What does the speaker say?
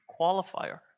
qualifier